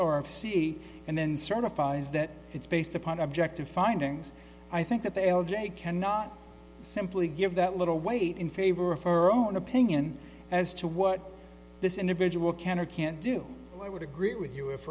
c and then certifies that it's based upon objective findings i think that the l j cannot simply give that little weight in favor of her own opinion as to what this individual can or can't do i would agree with you if